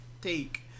take